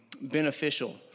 beneficial